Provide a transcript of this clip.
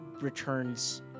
returns